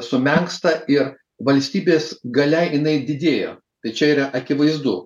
sumenksta ir valstybės galia jinai didėjo tai čia yra akivaizdu